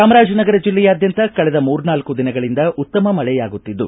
ಚಾಮರಾಜನಗರ ಜಿಲ್ಲೆಯಾದ್ಯಂತ ಕಳೆದ ಮೂರ್ನಾಲ್ಕು ದಿನಗಳಿಂದ ಉತ್ತಮ ಮಳೆಯಾಗುತ್ತಿದ್ದು